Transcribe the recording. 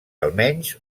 almenys